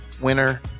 winner